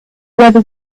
whether